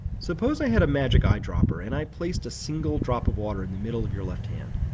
suppose i had a magic eye dropper and i placed a single drop of water in the middle of your left hand.